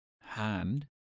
hand